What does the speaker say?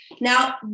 Now